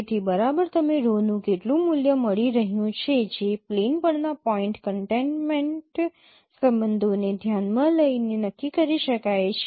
તેથી બરાબર તમને rho નું કેટલું મૂલ્ય મળી રહ્યું છે જે પ્લેન પરના પોઇન્ટ કન્ટેનમેન્ટ સંબંધોને ધ્યાનમાં લઈને નક્કી કરી શકાય છે